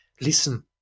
listen